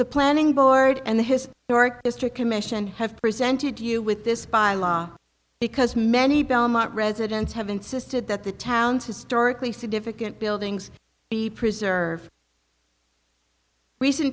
the planning board and the his new york district commission have presented you with this bylaw because many belmont residents have insisted that the town's historically significant buildings be preserved recent